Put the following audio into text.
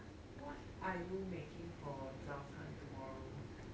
what are you making for 早餐 tomorrow